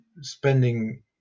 spending